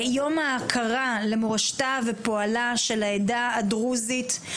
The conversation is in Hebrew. יום ההוקרה למורשתה ופועלה של העדה הדרוזית.